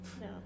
no